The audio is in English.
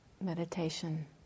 meditation